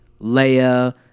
Leia